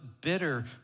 bitter